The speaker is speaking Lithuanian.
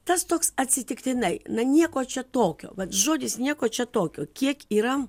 tas toks atsitiktinai na nieko čia tokio vat žodis nieko čia tokio kiek yra